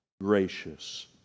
gracious